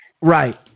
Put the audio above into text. right